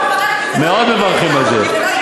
מאוד מברכים על זה.